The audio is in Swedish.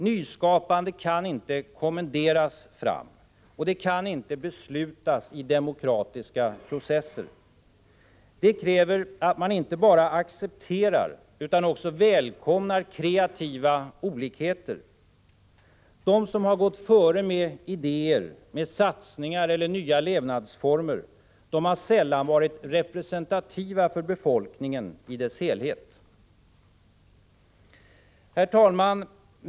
Nyskapande kan inte 5 februari 1986 kommenderas fram eller beslutas i demokratiska processer. Det krävs att Aa ar ak. man inte bara accepterar utan också välkomnar kreativa olikheter. De som har gått före med idéer, satsningar eller nya levnadsformer har sällan varit representativa för befolkningen i dess helhet. Herr talman!